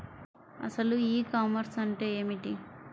అసలు e commerce అంటే ఏమిటి?